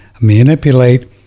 manipulate